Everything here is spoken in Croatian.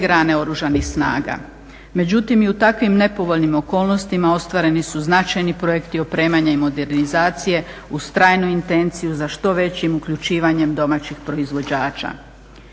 grane Oružanih snaga. Međutim i u takvim nepovoljnim okolnostima ostvareni su značajni projekti opremanja i modernizacije uz trajnu intenciju za što većim uključivanjem domaćih proizvođača.